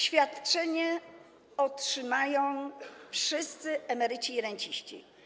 Świadczenie otrzymają wszyscy emeryci i renciści.